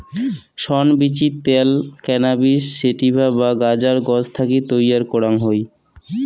শন বীচির ত্যাল cannabis sativa বা গাঁজার গছ থাকি তৈয়ার করাং হই